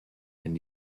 and